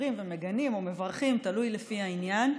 או מברכים, תלוי לפי העניין.